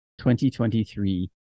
2023